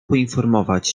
poinformować